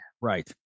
right